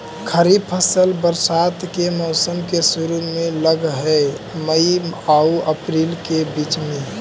खरीफ फसल बरसात के मौसम के शुरु में लग हे, मई आऊ अपरील के बीच में